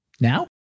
now